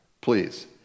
please